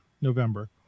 November